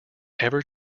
ever